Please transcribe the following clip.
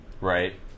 Right